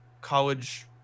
college